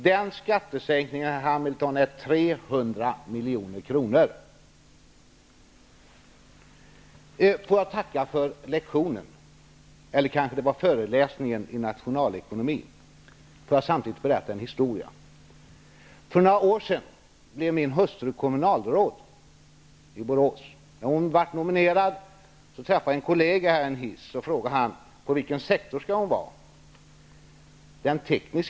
Den skattesänkningen, Jag tackar för lektionen, eller föreläsningen i nationalekonomi, som det kanske var. Låt mig berätta en historia: För några år sedan blev min hustru kommunalråd i Borås. Efter hennes nominering träffade jag i en hiss en kollega som frågade vilken sektor som hon skulle arbeta på.